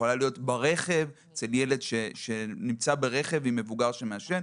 ברכב אצל ילד שנמצא ברכב עם אדם מעשן,